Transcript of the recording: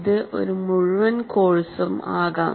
ഇത് ഒരു മുഴുവൻ കോഴ്സും ആകാം